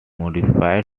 modified